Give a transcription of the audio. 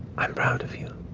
i'm proud of you.